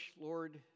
Lord